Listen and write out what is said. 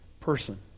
person